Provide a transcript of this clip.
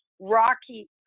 rocky